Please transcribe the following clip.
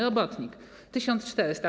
Robotnik - 1400 zł.